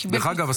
דרך אגב,